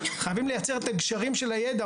חייבים לייצר את הגשרים של הידע.